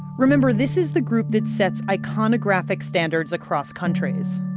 remember this is the group that sets iconographic standards across countries.